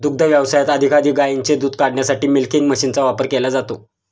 दुग्ध व्यवसायात अधिकाधिक गायींचे दूध काढण्यासाठी मिल्किंग मशीनचा वापर केला जातो